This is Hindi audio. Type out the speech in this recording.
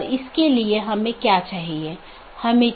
एक IBGP प्रोटोकॉल है जो कि सब चीजों से जुड़ा हुआ है